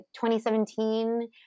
2017